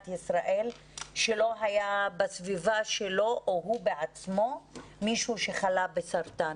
ישראל שלא היה בסביבה שלו או הוא בעצמו מישהו שחלה בסרטן.